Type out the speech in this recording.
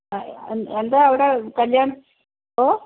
എന്താണ് അവിടെ കല്യാണ ഓ